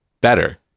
better